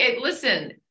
Listen